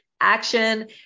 action